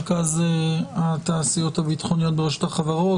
רכז התעשיות הביטחוניות ברשות החברות,